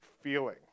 feeling